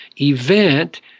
event